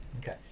Okay